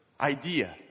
idea